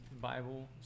Bible